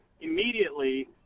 immediately